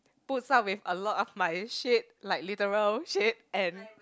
puts up with a lot of my shit like literal shit and